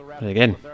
Again